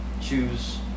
choose